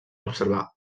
observar